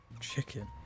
Chicken